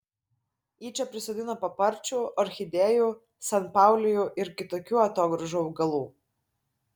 ji čia prisodino paparčių orchidėjų sanpaulijų ir kitokių atogrąžų augalų